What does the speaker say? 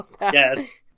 Yes